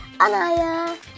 Anaya